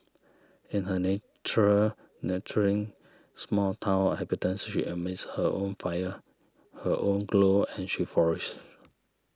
in her natural nurturing small town habitants she emits her own fire her own glow and she flourishes